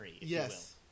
yes